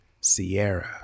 Sierra